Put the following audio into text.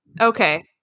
okay